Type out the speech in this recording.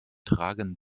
tragen